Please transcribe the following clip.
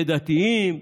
בדתיים?